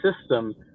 system